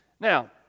Now